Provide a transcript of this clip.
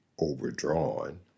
overdrawn